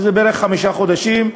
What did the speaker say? שזה בערך בעוד חמישה חודשים.